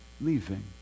leaving